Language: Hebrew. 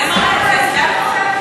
זה מראה איזה תהליך היה כאן.